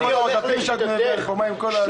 מיכל, אני הולך לשיטתך.